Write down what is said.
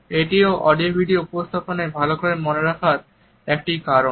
এটিও audio video উপস্থাপনায় ভালো করে মনে রাখার একটি কারণ